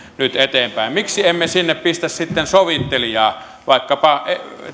nyt eteenpäin miksi emme sinne pistä sitten sovittelijaa vaikkapa